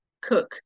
cook